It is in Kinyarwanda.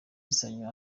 sanyu